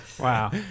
Wow